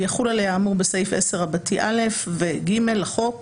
ויחול עליה האמור בסעיף 10א(א) ו-(ג) לחוק,